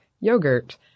yogurt—